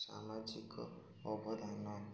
ସାମାଜିକ ଅବଦାନ